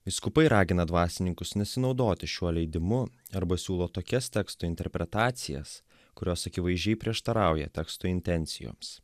vyskupai ragina dvasininkus nesinaudoti šiuo leidimu arba siūlo tokias teksto interpretacijas kurios akivaizdžiai prieštarauja teksto intencijoms